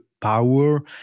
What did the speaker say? power